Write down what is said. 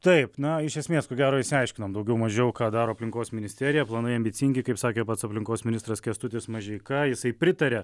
taip na iš esmės ko gero išsiaiškinom daugiau mažiau ką daro aplinkos ministerija planai ambicingi kaip sakė pats aplinkos ministras kęstutis mažeika jisai pritaria